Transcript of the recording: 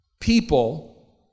people